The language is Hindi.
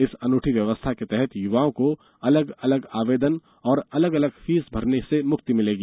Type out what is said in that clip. इस अनूठी व्यवस्था के तहत युवाओं को अलग अलग आवेदन और अलग अलग फीस भरने से मुक्ति मिलेगी